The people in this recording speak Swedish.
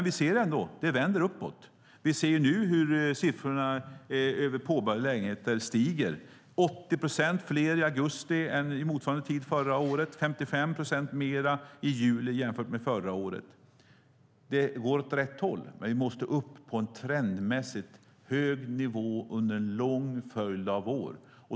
Vi ser ändå hur det vänder uppåt. Vi ser hur siffrorna över påbörjade lägenheter stiger - det är 80 procent fler i augusti än vid motsvarande tid förra året och 55 procent mer i juli jämfört med förra året. Det går åt rätt håll, men vi måste upp på en trendmässigt hög nivå under en lång följd av år.